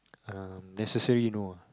um necessary no ah